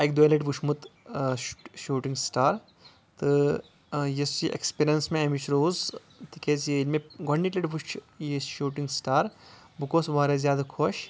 اَکہِ دویہِ دوہ وٕچھمُت شوٗٹنٛگ سِٹار تہٕ یُس یہِ ایٚکسپِریٚنَس مےٚ اَمِچ روٗز تِکیٚازِییٚلہِ مےٚ گۄڈٕنِچ لَٹہِ وٕچھِ یہِ شوٗٹنٛگ سِٹار بہٕ گوٚوُس واریاہ زیادٕ خۄش